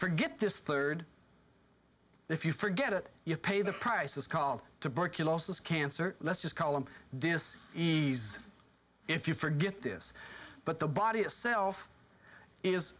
forget this third if you forget it you pay the price is called tuberculosis cancer let's just call them dennis e s if you forget this but the body itself is